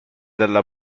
dalla